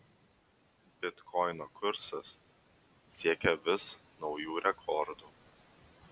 bitkoino kursas siekia vis naujų rekordų